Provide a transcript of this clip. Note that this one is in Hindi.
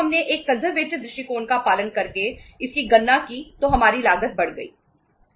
हमने कंपनी दृष्टिकोण का पालन करके इसकी गणना की तो हमारी लागत बढ़ गई